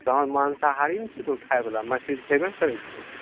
तोहूँ मान्साहारिए ने छिकहो खाएवला मछली तऽ खएबे ने करै छहो